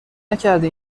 نکردی